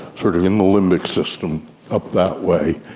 sort of in the limbic system up that way,